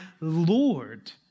Lord